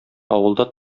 авылда